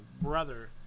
brother